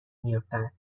میافتد